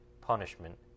punishment